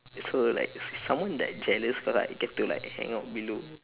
so like someone like jealous cause I get to like hang out below